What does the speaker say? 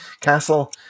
castle